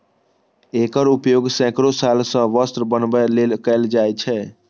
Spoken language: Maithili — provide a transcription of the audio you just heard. एकर उपयोग सैकड़ो साल सं वस्त्र बनबै लेल कैल जाए छै